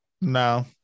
No